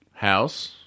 house